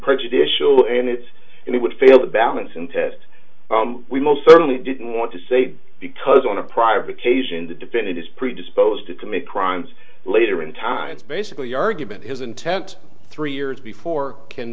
prejudicial and it's it would fail the balancing test we most certainly didn't want to say because on a private caijing the defendant is predisposed to commit crimes later in time basically argument his intent three years before can